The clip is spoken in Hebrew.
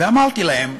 ואמרתי להם: